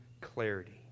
clarity